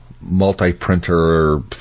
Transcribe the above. multi-printer